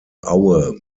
aue